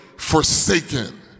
forsaken